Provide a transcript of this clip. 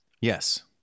Yes